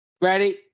Ready